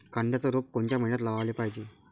कांद्याचं रोप कोनच्या मइन्यात लावाले पायजे?